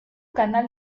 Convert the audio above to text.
canal